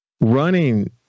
running